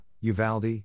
Uvalde